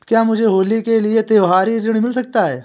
क्या मुझे होली के लिए त्यौहारी ऋण मिल सकता है?